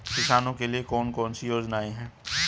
किसानों के लिए कौन कौन सी योजनाएं हैं?